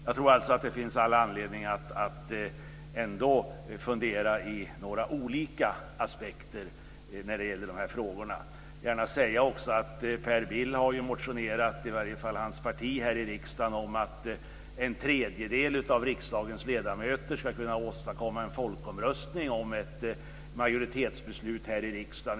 Jag tror alltså att de finns all anledning att ändå fundera över några olika aspekter på de här frågorna. Jag vill gärna också säga att Per Bills parti har motionerat här i riksdagen om att en tredjedel av riksdagens ledamöter ska kunna åstadkomma en folkomröstning om ett majoritetsbeslut här i riksdagen.